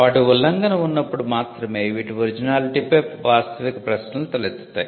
వాటి ఉల్లంఘన ఉన్నప్పుడు మాత్రమే వీటి 'ఒరిజినాలిటీ'పై వాస్తవిక ప్రశ్నలు తలెత్తుతాయి